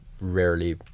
rarely